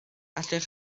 allwch